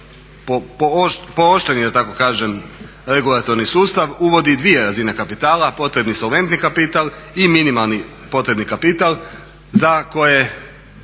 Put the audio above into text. pooštreni da tako kažem regulatorni sustav uvodi dvije razine kapitala, potrebni solventni kapital i minimalni potrebni kapital za koje